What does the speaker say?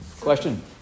Question